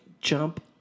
jump